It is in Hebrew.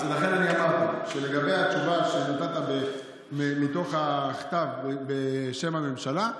לכן אמרתי שלגבי התשובה שנתת מתוך הכתב בשם הממשלה,